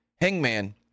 Hangman